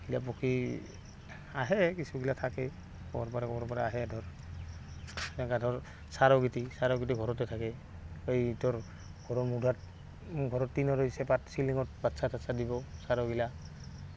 এইবিলাক পক্ষী আহে কিছুগিলা থাকে ক'ৰবাৰপৰা ক'ৰবাৰপৰা আহে ধৰ এনেকা ধৰ চাৰগিতি চাৰগিতি ঘৰতে থাকে এই ধৰ ঘৰৰ মুধাত ঘৰৰ টিনৰ এই চেপাত চিলিঙত বাচ্ছা তাচ্ছা দিব চাৰগিলা